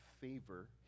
favor